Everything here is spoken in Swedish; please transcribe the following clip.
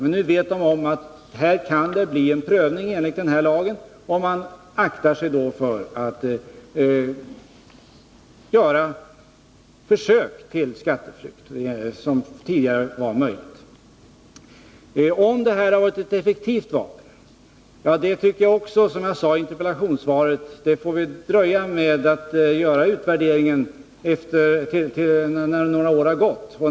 Nu vet de att det kan bli en prövning enligt lagen, och de aktar sig då för att göra försök till skatteflykt, som tidigare var möjligt. Som jag sade i interpellationssvaret får vi vänta några år med utvärderingen av om detta varit ett effektivt vapen.